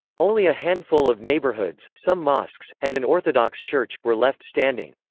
only a handful of neighborhoods, some mosques, and an orthodox church, were left standing.